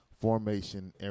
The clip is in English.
formation